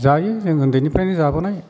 जायो जोङो उन्दैनिफ्रायनो जाबोनाय